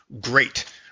Great